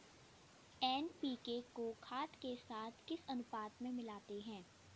NPK को खाद के साथ किस अनुपात में मिलाते हैं?